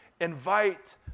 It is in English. invite